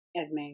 Esme